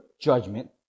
judgment